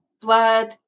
blood